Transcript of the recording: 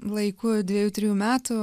laiku dviejų trijų metų